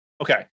Okay